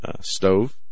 stove